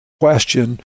question